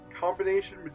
combination